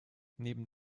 neben